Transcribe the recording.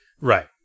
right